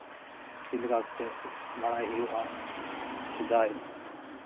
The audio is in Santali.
ᱪᱮᱫ ᱞᱮᱠᱟ ᱠᱟᱛᱮᱜ ᱵᱟᱲᱟᱭ ᱦᱩᱭᱩᱜᱼᱟ ᱥᱮᱫᱟᱭ